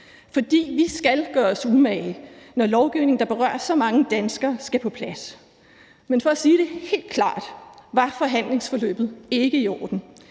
For vi skal gøre os umage, når en lovgivning, der berører så mange danskere, skal på plads, men for at sige det helt klart var forhandlingsforløbet ikke i orden.